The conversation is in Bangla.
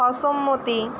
অসম্মতি